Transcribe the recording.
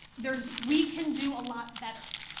there's we can do a lot better.